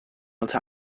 unter